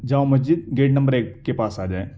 جامع Masjid gate number ایک کے پاس آ جائیں